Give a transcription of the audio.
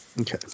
Okay